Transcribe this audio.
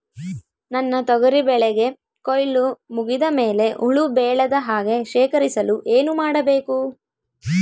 ನನ್ನ ತೊಗರಿ ಬೆಳೆಗೆ ಕೊಯ್ಲು ಮುಗಿದ ಮೇಲೆ ಹುಳು ಬೇಳದ ಹಾಗೆ ಶೇಖರಿಸಲು ಏನು ಮಾಡಬೇಕು?